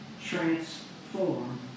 transform